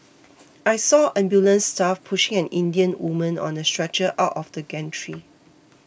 I saw ambulance staff pushing an Indian woman on a stretcher out of the gantry